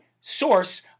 source